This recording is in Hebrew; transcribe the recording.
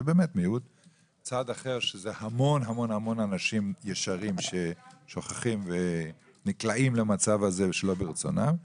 צד אחר שזה המון אנשים ישרים ששוכחים ונקלעים למצב הזה שלא ברצונם.